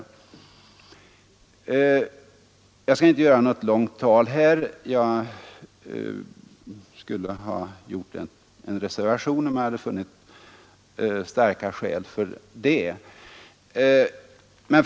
Jag skall inte hålla något långt tal. Jag skulle ha avlämnat en reservation om jag funnit starka skäl för den.